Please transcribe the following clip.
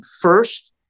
first